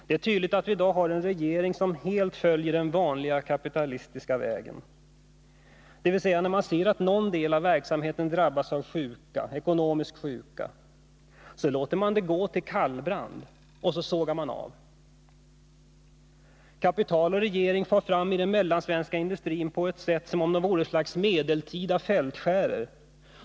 Det är tydligt att vi i dag har en regering som helt följer den vanliga kapitalistiska vägen, dvs. att man när man ser att någon del av verksamheten drabbas av ekonomisk sjuka låter det gå till kallbrand — och sedan sågar av. Kapital och regering far fram med den mellansvenska industrin som om de vore ett slags medeltida fältskärer.